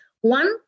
One